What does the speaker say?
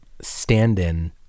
stand-in